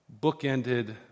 bookended